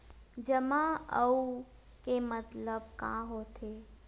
जमा आऊ के मतलब का होथे?